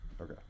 okay